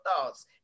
thoughts